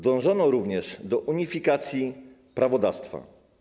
Dążono również do unifikacji prawodawstwa.